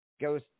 Goes